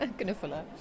knuffelen